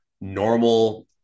normal